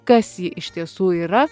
kas ji iš tiesų yra